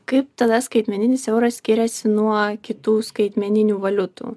kaip tada skaitmeninis euras skiriasi nuo kitų skaitmeninių valiutų